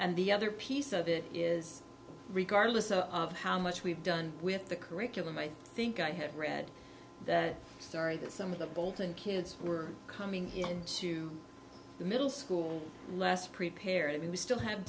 and the other piece of it is regardless of how much we've done with the curriculum i think i have read that story that some of the bolton kids were coming into the middle school less prepared and we still have